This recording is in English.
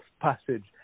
passage